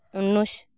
ᱩᱱᱤᱥ